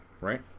right